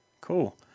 Cool